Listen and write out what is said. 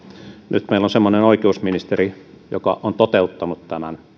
nyt meillä on semmoinen oikeusministeri joka on toteuttanut tämän